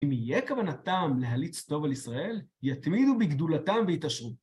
אם יהיה כוונתם להליץ טוב על ישראל, יתמידו בגדולתם ויתעשרו.